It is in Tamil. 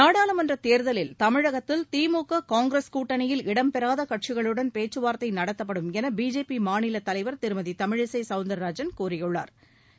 நாடாளுமன்ற தேர்தலில் தமிழகத்தில் திமுக காங்கிரஸ் கூட்டணியில் இடம்பெறாத கட்சிகளுடன் பேச்சுவார்த்தை நடத்தப்படும் என் பிஜேபி மாநிலத் தலைவர் திருமதி தமிழிசை சவுந்திரராஜன் கூறியுள்ளா்